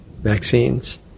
vaccines